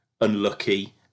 unlucky